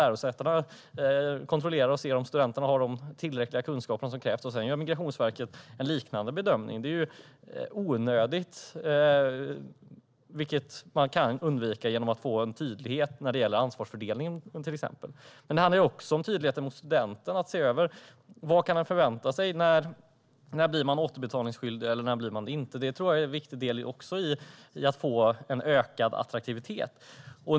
Lärosätena kontrollerar om de har de kunskaper som krävs och Migrationsverket gör sedan en liknande bedömning. Det är onödigt och kan undvikas, till exempel genom en tydlighet i ansvarsfördelningen. Men det handlar också om tydligheten mot studenterna, att man ska veta när man blir återbetalningsskyldig eller inte. Det tror jag är en viktig del också i att få en ökad attraktivitet.